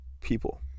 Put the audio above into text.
people